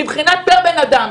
מבחינת פר בן אדם.